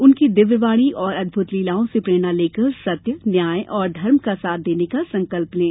उनकी दिव्य वाणी और अदभुत लीलाओं से प्रेरणा लेकर सत्य न्याय और धर्म का साथ देने का संकल्प लें